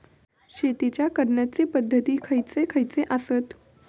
शेतीच्या करण्याचे पध्दती खैचे खैचे आसत?